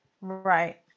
Right